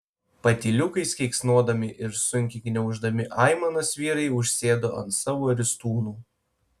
patyliukais keiksnodami ir sunkiai gniauždami aimanas vyrai užsėdo ant savo ristūnų